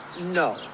No